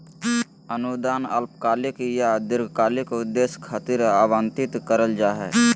अनुदान अल्पकालिक या दीर्घकालिक उद्देश्य खातिर आवंतित करल जा हय